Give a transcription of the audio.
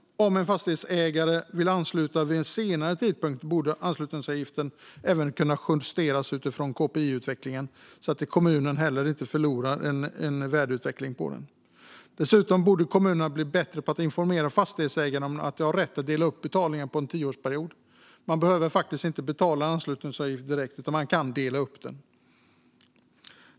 Om en fastighetsägare vill ansluta vid en senare tidpunkt borde anslutningsavgiften även kunna justeras utifrån KPI-utvecklingen, så att kommunen inte förlorar en värdeutveckling. Dessutom borde kommunerna bli bättre på att informera fastighetsägarna om att de har rätt att dela upp betalningarna på en tioårsperiod. Man behöver faktiskt inte betala anslutningsavgiften direkt, utan man kan dela upp den.